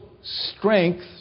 strength